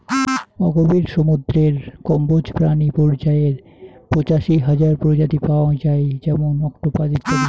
অগভীর সমুদ্রের কম্বোজ প্রাণী পর্যায়ে পঁচাশি হাজার প্রজাতি পাওয়াং যাই যেমন অক্টোপাস ইত্যাদি